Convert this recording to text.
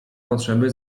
potrzeby